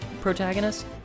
protagonist